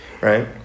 right